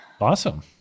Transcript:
Awesome